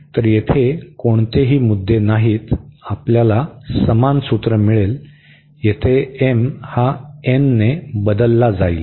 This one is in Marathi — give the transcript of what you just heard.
तर तेथे कोणतेही मुद्दे नाहीत आपणास समान सूत्र मिळेल येथे m हा ने बदलला जाईल